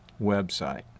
website